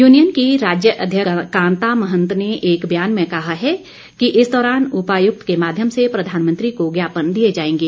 union की राज्याध्यक्ष कांता महंत ने एक बयान में कहा है कि इस दौरान उपायुक्त के माध्यम से प्रधानमंत्री को ज्ञापन दिए जाएंगे